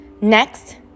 Next